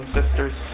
sisters